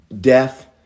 death